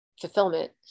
fulfillment